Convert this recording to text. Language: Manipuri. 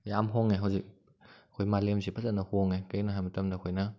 ꯌꯥꯝ ꯍꯣꯡꯉꯦ ꯍꯣꯖꯤꯛ ꯑꯩꯈꯣꯏ ꯃꯥꯂꯦꯝꯁꯦ ꯐꯖꯅ ꯍꯣꯡꯉꯦ ꯀꯔꯤꯒꯤꯅꯣ ꯍꯥꯏꯕ ꯃꯇꯝꯗ ꯑꯩꯈꯣꯏꯅ